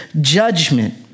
judgment